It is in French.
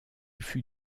fut